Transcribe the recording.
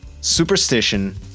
superstition